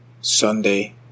Sunday